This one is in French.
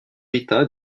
rita